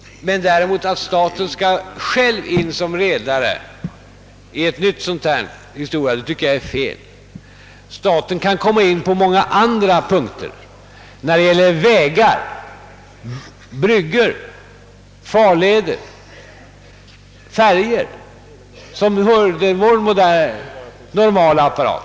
Att däremot staten själv skulle inträda som redare är fel, tycker jag. Staten kan träda in på många andra områden, t.ex. när det gäller vägar, bryggor, farleder och färjor, som är vår normala uppgift.